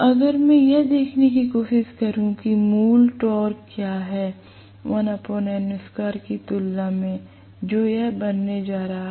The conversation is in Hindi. अगर मैं यह देखने की कोशिश करूं कि मूल टॉर्क क्या है की तुलना में जो यह बनने जा रहा है